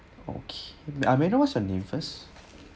okay ah may I know what's your name first